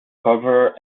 copper